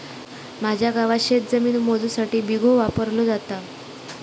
माझ्या गावात शेतजमीन मोजुसाठी बिघो वापरलो जाता